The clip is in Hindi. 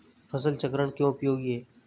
फसल चक्रण क्यों उपयोगी है?